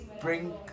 bring